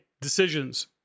Decisions